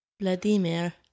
Vladimir